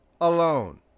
alone